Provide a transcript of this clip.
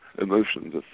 emotions